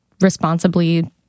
responsibly